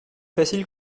facile